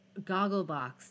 Gogglebox